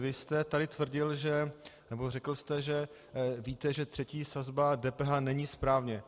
Vy jste tady tvrdil, nebo řekl jste, že víte, že třetí sazba DPH není správně.